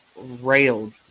railed